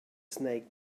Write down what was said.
snake